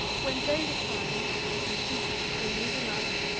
when day declines, and feasts renew the night,